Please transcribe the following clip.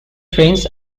drains